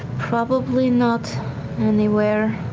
probably not anywhere